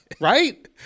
Right